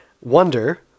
wonder